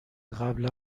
قبلا